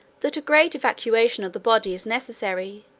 that a great evacuation of the body is necessary,